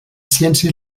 ciència